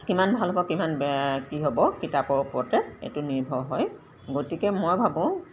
কিমান ভাল হ'ব কিমান কি হ'ব কিতাপৰ ওপৰতে এইটো নিৰ্ভৰ হয় গতিকে মই ভাবোঁ